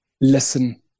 listen